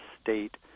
state